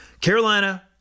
Carolina